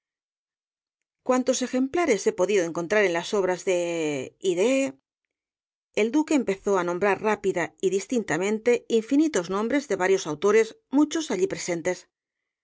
cuantos ejemplares he podido encontrar de las obras de y de el duque empezó á nombrar rápida y distintamente infinitos nombres de varios autores muchos allí presentes